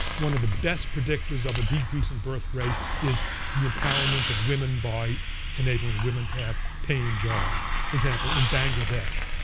one of the best predictors of a decrease in birth rate is the empowerment of women by enabling women to have paying jobs. for example, in bangladesh.